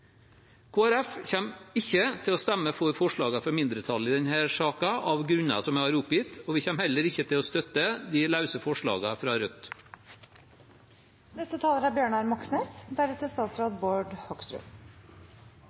ikke til å stemme for forslagene fra mindretallet i denne saken, av grunner som jeg har oppgitt, og vi kommer heller ikke til å støtte de løse forslagene fra